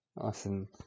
Awesome